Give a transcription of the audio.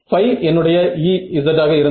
ϕ என்னுடைய Ez ஆக இருந்தது